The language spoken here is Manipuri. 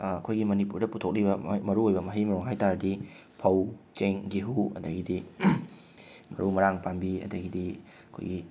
ꯑꯩꯈꯣꯏꯌꯤ ꯃꯅꯤꯄꯨꯔꯗ ꯄꯨꯊꯣꯛꯂꯤꯕ ꯃꯔꯨꯑꯣꯏꯕ ꯃꯍꯩ ꯃꯔꯣꯡ ꯍꯥꯏ ꯇꯥꯔꯗꯤ ꯐꯧ ꯆꯦꯡ ꯒꯦꯍꯨ ꯑꯗꯒꯤꯗꯤ ꯃꯔꯨ ꯃꯔꯥꯡ ꯄꯥꯝꯕꯤ ꯑꯗꯒꯤꯗꯤ ꯑꯩꯈꯣꯏꯒꯤ